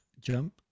jump